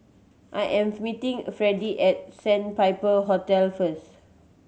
I am meeting Fredy at Sandpiper Hotel first